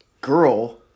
girl